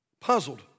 Puzzled